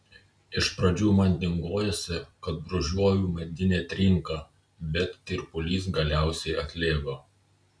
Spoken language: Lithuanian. iš pradžių man dingojosi kad brūžuoju medinę trinką bet tirpulys galiausiai atlėgo